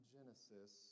Genesis